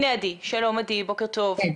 בוקר טוב.